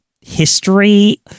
history